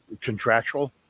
contractual